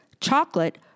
chocolate